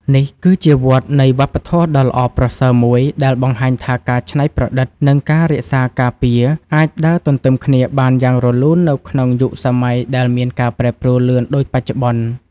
នេះគឺជាវដ្តនៃវប្បធម៌ដ៏ល្អប្រសើរមួយ ដែលបង្ហាញថាការច្នៃប្រឌិត និងការរក្សាការពារ អាចដើរទន្ទឹមគ្នាបានយ៉ាងរលូននៅក្នុងយុគសម័យដែលមានការប្រែប្រួលលឿនដូចបច្ចុប្បន្ន។